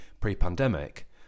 pre-pandemic